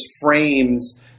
frames